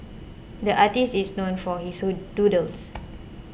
the artist is known for his doodles